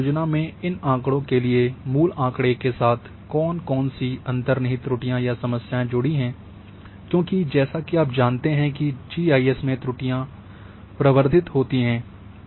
किसी परियोजना में इन आँकड़ों के लिए मूल आँकड़े के साथ कौन कौन सी अंतर्निहित त्रुटियाँ या समस्याएं जुड़ी हुई हैं क्योंकि जैसा कि आप जानते हैं कि जीआईएस में त्रुटियां हैं प्रवर्धित होती हैं